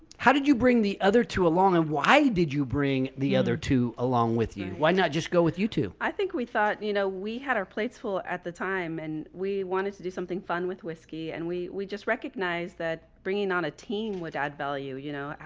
how did you bring the other two along? and why did you bring the other two along with you? why not just go with youtube? i think we thought you know, we had our plateful at the time and we wanted to do something fun with whiskey and we we just recognize that bringing on a team would add value, you know,